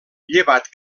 llevat